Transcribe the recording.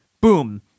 boom